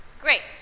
Great